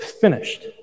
finished